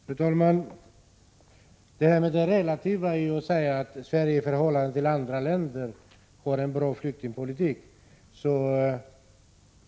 Fru talman! Det är ju fråga om något relativt när man säger att Sverige i förhållande till andra länder har en bra flyktingpolitik.